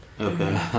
Okay